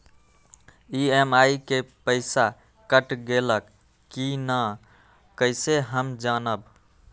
EMI के पईसा कट गेलक कि ना कइसे हम जानब?